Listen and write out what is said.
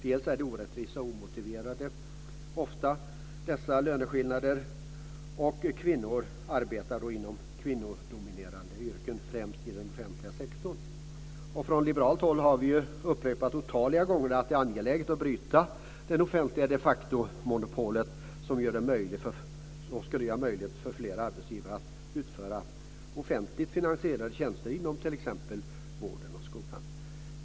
Dels är det ofta orättvisa och omotiverade löneskillnader. Dels arbetar kvinnor inom kvinnodominerade yrken, främst inom den offentliga sektorn. Från liberalt håll har vi otaliga gånger upprepat att det är angeläget att bryta det offentliga de factomonopolet, vilket skulle göra det möjligt för fler arbetsgivare att utföra offentligt finansierade tjänster inom t.ex. vården och skolan.